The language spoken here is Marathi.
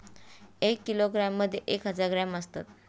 एक किलोग्रॅममध्ये एक हजार ग्रॅम असतात